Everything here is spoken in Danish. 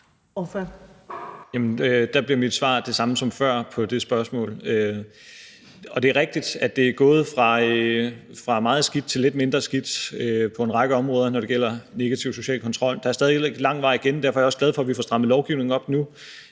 der bliver mit svar det samme som på spørgsmålet før. Det er rigtigt, at det er gået fra at være meget skidt til at være lidt mindre skidt på en række områder, når det gælder negativ social kontrol. Der er stadig væk lang vej igen. Derfor er jeg også glad for, at vi får strammet lovgivningen op nu,